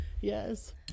yes